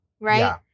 Right